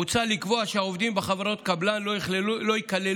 מוצע לקבוע שעובדים בחברות קבלן לא ייכללו